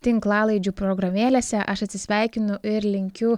tinklalaidžių programėlėse aš atsisveikinu ir linkiu